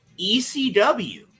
ECW